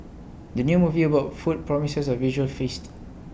the new movie about food promises A visual feast